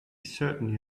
certainly